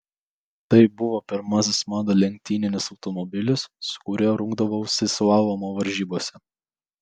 tai buvo pirmasis mano lenktyninis automobilis su kuriuo rungdavausi slalomo varžybose